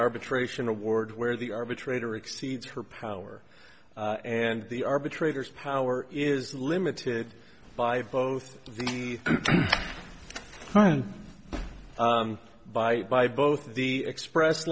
arbitration award where the arbitrator exceeds her power and the arbitrators power is limited by both the time by by both the express